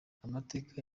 amateka